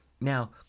Now